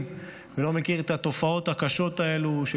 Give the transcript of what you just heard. כולנו מכירים את התופעה הקשה מאוד הזו של